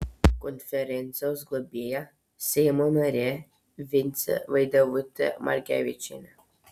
konferencijos globėja seimo narė vincė vaidevutė margevičienė